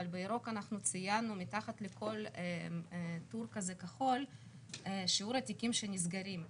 אבל בירוק ציינו מתחת לכל טור כזה כחול את שיעור התיקים שנסגרים.